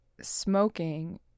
smoking